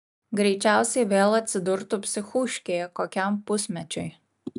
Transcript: greičiausiai vėl atsidurtų psichūškėje kokiam pusmečiui